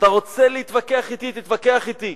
אתה רוצה להתווכח אתי, תתווכח אתי.